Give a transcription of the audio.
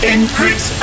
Increase